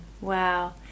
Wow